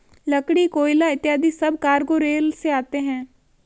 लकड़ी, कोयला इत्यादि सब कार्गो रेल से आते हैं